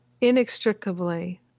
inextricably